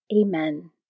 Amen